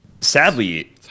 Sadly